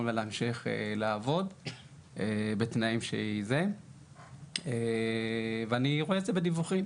להמשיך לעבוד בתנאים שהיא צריכה ואני רואה את זה בדיווחים,